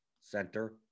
Center